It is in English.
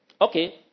Okay